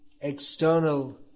external